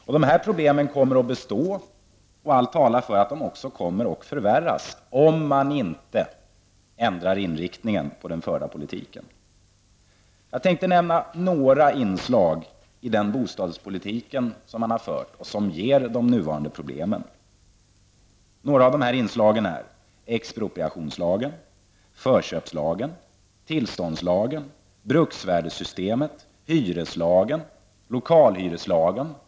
Dessa problem kommer att bestå, och allt talar för att de också kommer att förvärras om inte inriktningen på den förda politiken ändras. Låt mig nämna några inslag i den bostadspolitik som har förts och som ger de nuvarande problemen. Det är inslag som expropriationslagen, förköpslagen, tillståndslagen, bruksvärdessystemet, hyreslagen, och lokalhyreslagen.